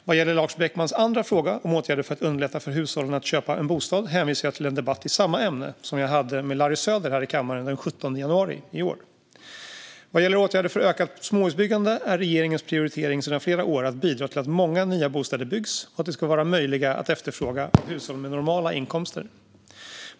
Vad gäller Lars Beckmans andra fråga om åtgärder för att underlätta för hushållen att köpa en bostad hänvisar jag till den debatt i samma ämne som jag hade med Larry Söder här i kammaren den 17 januari i år. Vad gäller åtgärder för ökat småhusbyggande är regeringens prioritering sedan flera år att bidra till att många nya bostäder byggs och att de ska vara möjliga att efterfråga av hushåll med normala inkomster.